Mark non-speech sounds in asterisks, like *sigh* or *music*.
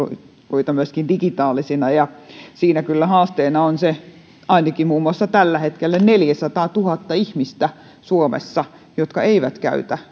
palveluita myöskin digitaalisina siinä kyllä haasteena on se että tällä hetkellä neljäsataatuhatta ihmistä jotka eivät niitä käytä *unintelligible*